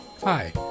Hi